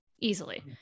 Easily